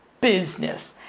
business